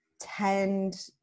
tend